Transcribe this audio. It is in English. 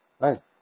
Right